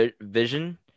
vision